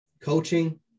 Coaching